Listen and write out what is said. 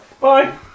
Bye